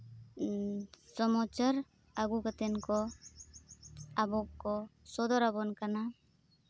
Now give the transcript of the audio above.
ᱥᱚᱢᱟᱪᱚᱨ ᱟᱹᱜᱩ ᱠᱟᱛᱮᱫ ᱠᱚ ᱟᱵᱚᱠᱚ ᱥᱚᱫᱚᱨ ᱟᱵᱚᱱ ᱠᱟᱱᱟ